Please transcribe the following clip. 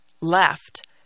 left